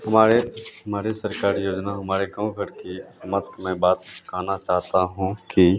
हमारे हमारे सरकार योजना हमारे गाँवभर की समस्त मैं बात कहना चाहता हूँ कि